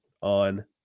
on